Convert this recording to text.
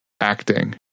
acting